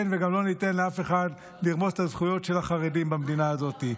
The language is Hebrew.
כן וגם לא ניתן לאף אחד לרמוס את הזכויות של החרדים במדינה הזאת.